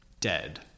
dead